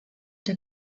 der